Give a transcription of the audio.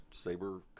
saber